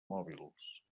mòbils